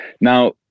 Now